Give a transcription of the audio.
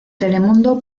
telemundo